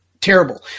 terrible